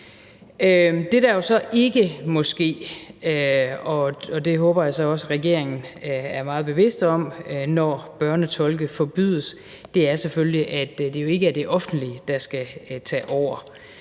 jo så ikke må ske – det håber jeg så også at regeringen er meget bevidst om – når børnetolke forbydes, er selvfølgelig, at det ikke er det offentlige, der skal tage over.